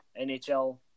NHL